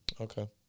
Okay